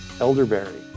elderberry